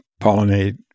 pollinate